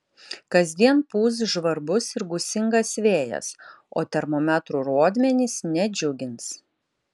kasdien pūs žvarbus ir gūsingas vėjas o termometrų rodmenys nedžiugins